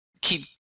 keep